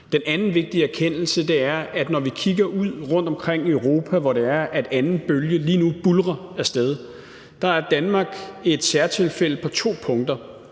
Den anden vigtige erkendelse er, at Danmark, når vi kigger ud rundtomkring i Europa, hvor anden bølge lige nu buldrer af sted, på to punkter er et særtilfælde. Det ene er,